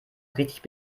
richtig